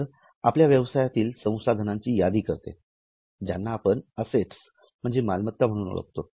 तर आपल्या व्यवसायातील संसाधनाची यादी करते ज्यांना आपण अससेट्स म्हणजे मालमत्ता म्हणून ओळखतो